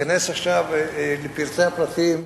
להיכנס עכשיו לפרטי הפרטים.